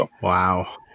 Wow